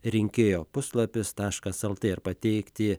rinkėjo puslapis taškas lt ir pateikti